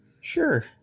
Sure